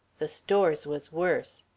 the stores was worse.